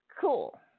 Cool